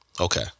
Okay